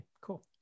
Cool